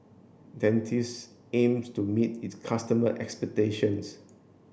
Dentiste aims to meet its customer expectations